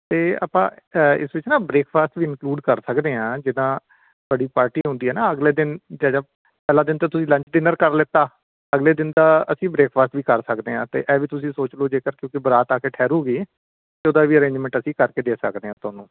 ਅਤੇ ਆਪਾਂ ਇਸ ਵਿੱਚ ਨਾ ਬਰੇਕਫਾਸਟ ਵੀ ਇੰਨਕਲੂਡ ਕਰ ਸਕਦੇ ਹਾਂ ਜਿੱਦਾਂ ਤੁਹਾਡੀ ਪਾਰਟੀ ਹੁੰਦੀ ਹੈ ਨਾ ਅਗਲੇ ਦਿਨ ਪਹਿਲਾ ਦਿਨ ਤਾਂ ਤੁਸੀਂ ਲੰਚ ਡਿਨਰ ਕਰ ਲਿਆ ਅਗਲੇ ਦਿਨ ਦਾ ਅਸੀਂ ਬ੍ਰੇਕਫਾਸਟ ਵੀ ਕਰ ਸਕਦੇ ਹਾਂ ਅਤੇ ਇਹ ਵੀ ਤੁਸੀਂ ਸੋਚ ਲਉ ਜੇਕਰ ਕਿਉਂਕਿ ਬਾਰਾਤ ਆ ਕੇ ਠਹਿਰੇਗੀ ਤਾਂ ਉਹਦਾ ਵੀ ਅਰੇਂਜਮੈਂਟ ਅਸੀਂ ਕਰਕੇ ਦੇ ਸਕਦੇ ਹਾਂ ਤੁਹਾਨੂੰ